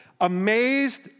Amazed